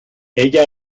ella